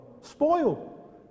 spoil